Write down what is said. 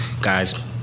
guys